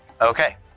Okay